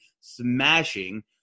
smashing